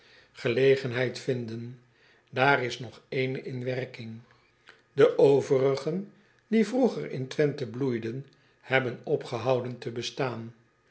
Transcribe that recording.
gelegenheid vinden aar is nog ééne in werking de overigen die vroeger in wenthe bloeiden hebben opgehouden te bestaan